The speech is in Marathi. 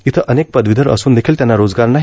येथे अनेक पदवीधर असून देखील त्यांना रोजगार नाही